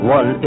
One